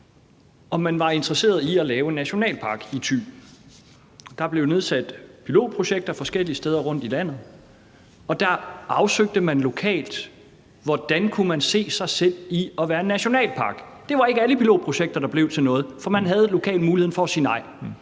man var interesseret i at lave en nationalpark i Thy. Der blev nedsat pilotprojektgrupper forskellige steder rundtomkring i landet, og der afsøgte man lokalt, hvordan man kunne se sig selv i at være en nationalpark. Det var ikke alle pilotprojekter, der blev til noget, for man havde lokalt muligheden for at sige nej.